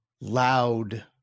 loud